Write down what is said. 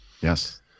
yes